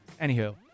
Anywho